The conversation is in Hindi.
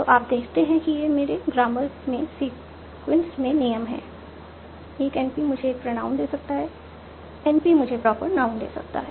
तो आप देखते हैं कि ये मेरे ग्रामर में सीक्वेंस में नियम हैं एक NP मुझे एक प्रोनाउन दे सकता है NP मुझे प्रॉपर नाउन दे सकता है